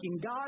God